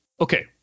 Okay